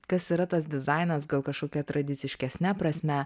kas yra tas dizainas gal kažkokia tradiciškesne prasme